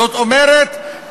זאת אומרת,